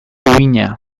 uhina